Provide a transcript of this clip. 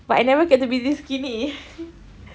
but I never get to be this skinny